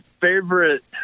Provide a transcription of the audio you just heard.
favorite